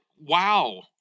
wow